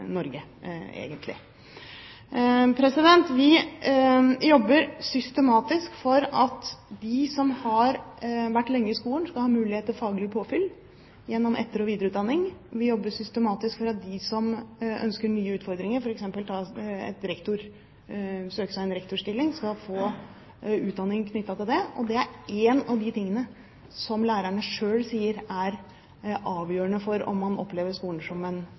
Norge. Vi jobber systematisk for at de som har vært lenge i skolen, skal få mulighet til faglig påfyll gjennom etter- og videreutdanning. Vi jobber systematisk for at de som ønsker nye utfordringer, som f.eks. vil søke på en rektorstilling, skal få utdanning knyttet til det. Det er en av de tingene som lærerne selv sier er avgjørende for om man opplever